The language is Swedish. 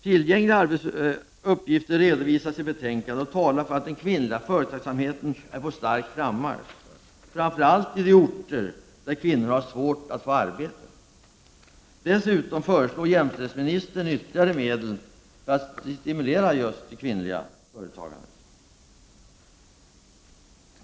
Tillgängliga uppgifter som redovisas i betänkandet, talar för att den kvinnliga företagsamheten är på stark frammarsch, framför allt i orter där kvinnor har svårt att få arbete. Dessutom föreslår nu jämställdhetsministern ytterligare medel för att stimulera just det kvinnliga företagandet.